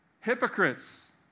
hypocrites